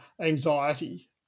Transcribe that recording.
anxiety